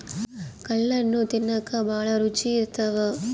ಕಲ್ಲಣ್ಣು ತಿನ್ನಕ ಬಲೂ ರುಚಿ ಇರ್ತವ